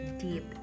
deep